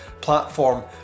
platform